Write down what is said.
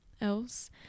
else